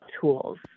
tools